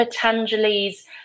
Patanjali's